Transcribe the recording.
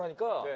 and go.